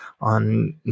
on